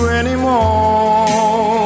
anymore